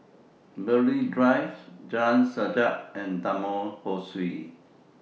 Burghley Drive Jalan Sajak and Taman Ho Swee